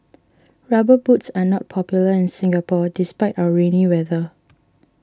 rubber boots are not popular in Singapore despite our rainy weather